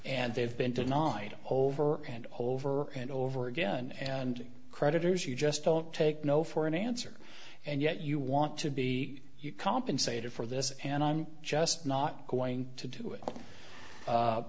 and they've been to knock over and over and over again and creditors you just don't take no for an answer and yet you want to be compensated for this and i'm just not going to do